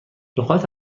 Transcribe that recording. نقاط